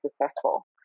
successful